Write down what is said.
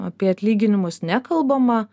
apie atlyginimus nekalbama